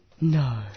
No